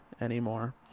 anymore